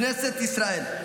כנסת ישראל,